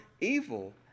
evil